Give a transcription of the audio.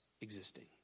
existing